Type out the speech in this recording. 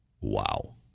Wow